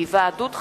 (היוועדות חזותית,